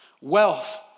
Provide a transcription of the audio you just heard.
wealth